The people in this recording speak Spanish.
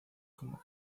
como